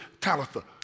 Talitha